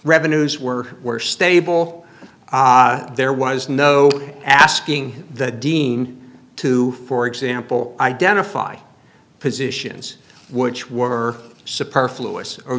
revenues were were stable there was no asking the dean to for example identify positions which were